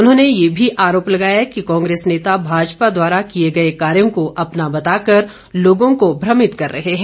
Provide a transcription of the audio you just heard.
उन्होंने ये भी आरोप लगाया कि कांग्रेस नेता भाजपा द्वारा किए गए कार्यो को अपना बताकर लोगों को भ्रमित कर रहे हैं